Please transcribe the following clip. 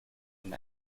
and